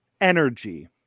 energy